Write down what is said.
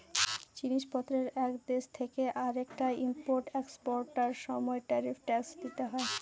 জিনিস পত্রের এক দেশ থেকে আরেকটায় ইম্পোর্ট এক্সপোর্টার সময় ট্যারিফ ট্যাক্স দিতে হয়